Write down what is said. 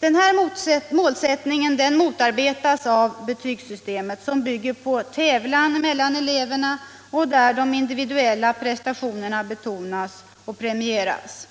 Denna målsättning motarbetas av betygssystemet, som bygger på tävlan mellan eleverna och där de individuella prestationerna betonas och premieras.